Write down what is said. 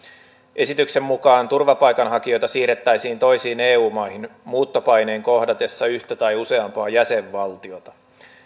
esityksen mukaan turvapaikanhakijoita siirrettäisiin toisiin eu maihin muuttopaineen kohdatessa yhtä tai useampaa jäsenvaltiota